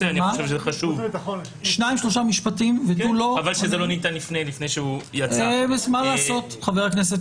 שבדברים שלך יש בלבול בין השוויון בזכויות